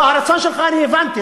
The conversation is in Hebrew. לא, את הרצון שלך אני הבנתי.